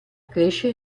cresce